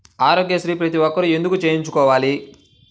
ఆరోగ్యశ్రీ ప్రతి ఒక్కరూ ఎందుకు చేయించుకోవాలి?